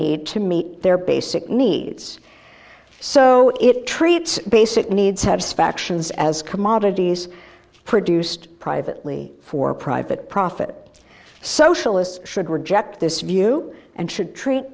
need to meet their basic needs so it treats basic needs have spec sions as commodities produced privately for private profit socialists should reject this view and should treat